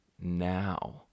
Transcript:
now